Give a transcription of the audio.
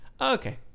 Okay